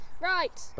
Right